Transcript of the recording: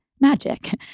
Magic